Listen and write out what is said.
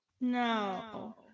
No